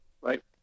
Right